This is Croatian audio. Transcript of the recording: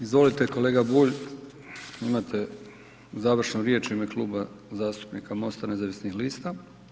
Izvolite kolega Bulj, imate završnu riječ u ime Kluba zastupnika Mosta nezavisnih lista.